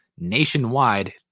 nationwide